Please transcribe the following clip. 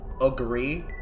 agree